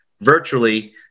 virtually